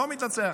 לא מתנצח,